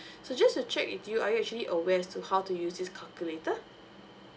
so just to check with you are you actually aware as to how to use this calculator